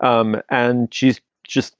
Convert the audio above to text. um and she's just